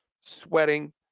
sweating